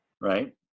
right